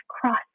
cross